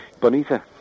Bonita